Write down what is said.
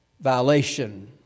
violation